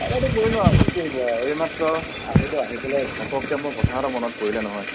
আমাৰটো কি কৰিব আৰু এইমাত্ৰ আহিলোঁ আহি পেলাই ঘপককৈ মোৰ কথা এটা মনত পৰিলে নহয়